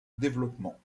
développement